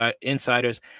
insiders